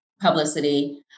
publicity